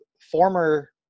Former